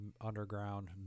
underground